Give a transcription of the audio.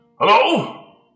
Hello